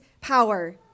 power